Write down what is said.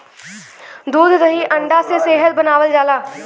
दूध दही अंडा से सेहत बनावल जाला